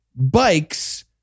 bikes